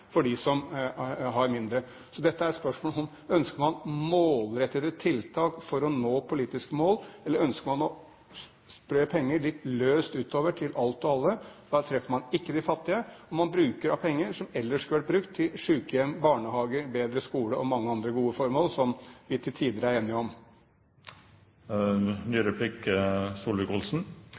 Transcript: for dem som har mindre. Så dette er spørsmål om man ønsker målrettede tiltak for å nå politiske mål eller om man ønsker å spre penger litt løst utover til alt og alle. Da treffer man ikke de fattige, og man bruker av penger som ellers skulle vært brukt til sykehjem, barnehager, bedre skoler og mange andre gode formål, som vi til tider er enige om.